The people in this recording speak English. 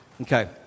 Okay